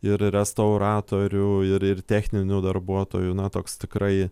ir restauratorių ir ir techninių darbuotojų na toks tikrai